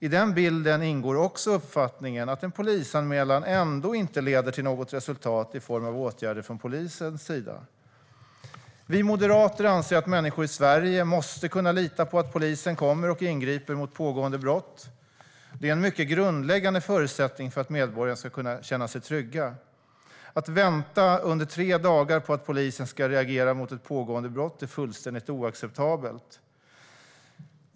I bilden ingår också uppfattningen att en polisanmälan ändå inte leder till något resultat i form av åtgärder från polisens sida. Vi moderater anser att människor i Sverige måste kunna lita på att polisen kommer och ingriper mot pågående brott. Det är en mycket grundläggande förutsättning för att medborgarna ska kunna känna sig trygga. Att vänta under tre dagar på att polisen ska reagera mot ett pågående brott är fullständigt oacceptabelt.